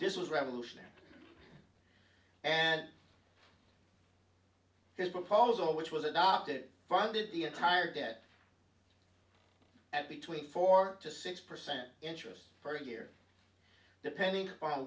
this was revolutionary and his proposal which was adopted funded the entire debt at between four to six percent interest per year depending